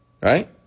right